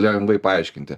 lengvai paaiškinti